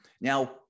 Now